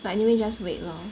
but anyway just wait lor